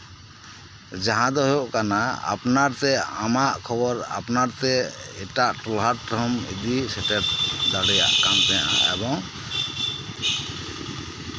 ᱡᱟᱦᱟᱸ ᱫᱚ ᱦᱳᱭᱳᱜ ᱠᱟᱱᱟ ᱟᱯᱱᱟᱨ ᱛᱮ ᱟᱢᱟᱜ ᱠᱷᱚᱵᱚᱨ ᱟᱯᱱᱟᱨ ᱛᱮ ᱮᱴᱟᱜ ᱴᱚᱞᱟ ᱨᱮᱦᱚᱢ ᱤᱫᱤ ᱥᱮᱴᱮᱨ ᱫᱟᱲᱮᱭᱟᱜ ᱠᱟᱱ ᱛᱟᱦᱮᱸᱫᱼᱟ